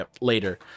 later